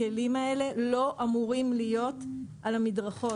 הכלים האלה לא אמורים להיות על המדרכות.